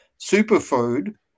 superfood